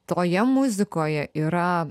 toje muzikoje yra